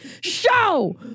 show